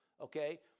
okay